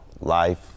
life